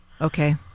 Okay